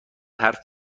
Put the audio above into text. حرف